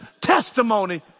testimony